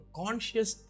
conscious